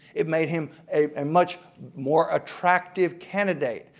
it made him a and much more attractive candidate.